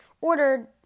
ordered